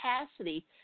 capacity